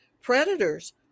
Predators